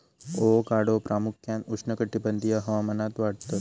avocado प्रामुख्यान उष्णकटिबंधीय हवामानात वाढतत